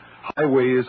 highways